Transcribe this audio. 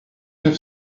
neuf